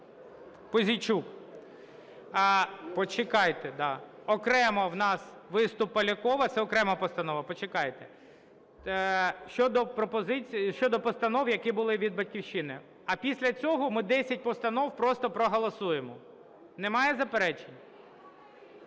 Пузійчук. Почекайте. Окремо у нас виступ Полякова. Це окрема постанова. Почекайте. Щодо постанов, які були від "Батьківщини". А після цього ми 10 постанов просто проголосуємо. Немає заперечень?